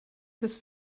this